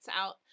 out